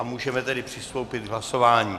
Můžeme tedy přistoupit k hlasování.